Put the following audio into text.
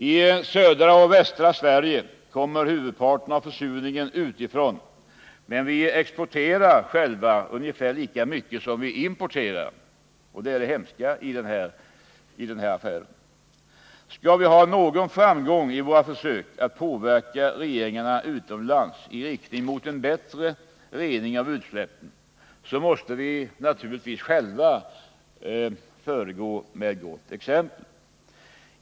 I södra och västra Sverige kommer huvudparten av försurningen utifrån, men vi exporterar själva ungefär lika mycket som vi importerar, och det är det hemska i den här affären. Skall vi ha någon framgång i våra försök att påverka regeringarna utomlands i riktning mot bättre rening av utsläppen, måste vi naturligtvis själva föregå med gott exempel.